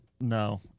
no